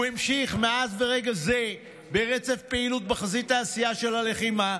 הוא המשיך: "מאז עד רגע זה ברצף פעילות בחזית העשייה של הלחימה,